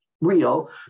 real